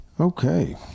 Okay